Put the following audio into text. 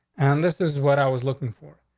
and this is what i was looking for.